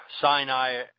Sinai